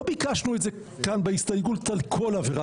לא ביקשנו את זה כאן בהסתייגות על כל עבירה